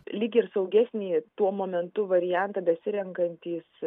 lyg ir saugesnį tuo momentu variantą besirenkantys